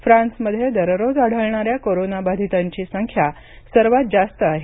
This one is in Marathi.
फ्रान्समध्ये दररोज आढळणाऱ्या कोरोनाबाधितांची संख्या सर्वात जास्त आहे